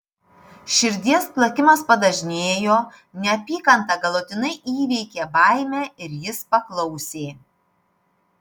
širdies plakimas padažnėjo neapykanta galutinai įveikė baimę ir jis paklausė